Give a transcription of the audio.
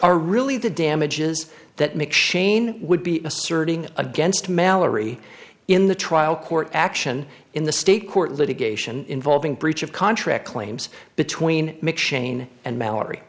are really the damages that make shane would be asserting against malory in the trial court action in the state court litigation involving breach of contract claims between mcshane and mallory